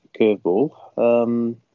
curveball